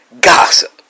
gossip